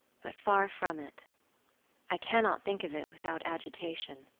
but far from it i cannot think of it without agitation.